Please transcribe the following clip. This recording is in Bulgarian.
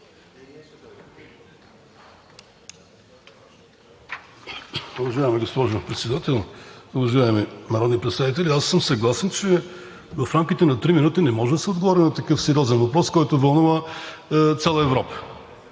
Уважаема госпожо Председател, уважаеми народни представители! Аз съм съгласен, че в рамките на три минути не може да се отговори на такъв сериозен въпрос, който вълнува цяла Европа.